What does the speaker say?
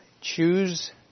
choose